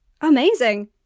amazing